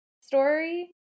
story